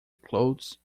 clothes